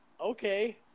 okay